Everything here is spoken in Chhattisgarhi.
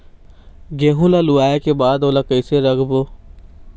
गेहूं ला लुवाऐ के बाद ओला कइसे राखबो?